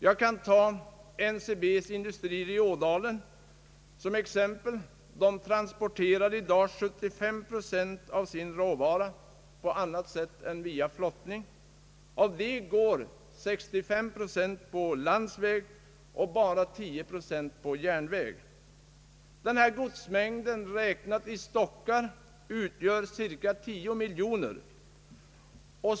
Jag kan som exempel ta en av NCB:s industrier i Ådalen. Det transporterar i dag 75 procent av sin råvara på annat sätt än via flottning. Därvid går 65 procent på landsväg och bara 10 procent på järnväg. Denna godsmängd, räknat i stockar, utgör cirka 10 miljoner.